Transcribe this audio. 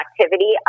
activity